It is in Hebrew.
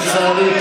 לצערי,